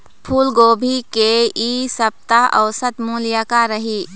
फूलगोभी के इ सप्ता औसत मूल्य का रही?